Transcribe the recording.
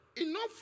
enough